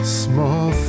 small